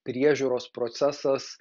priežiūros procesas